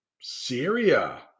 Syria